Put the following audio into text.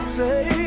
say